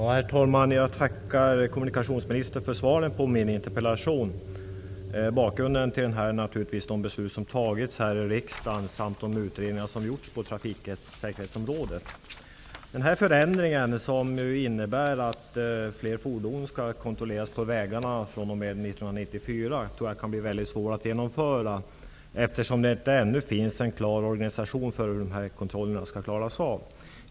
Herr talman! Jag tackar kommunikationsministern för svaret på min interpellation. Bakgrunden till den är naturligtvis de beslut som fattats här i riksdagen samt de utredningar som gjorts på trafiksäkerhetsområdet. Den förändring som innebär att fler fordon skall kontrolleras på vägarna fr.o.m. 1994 tror jag kan bli väldigt svår att genomföra, eftersom det ännu inte finns en klar organisation för hur dessa kontroller skall klaras av.